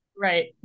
Right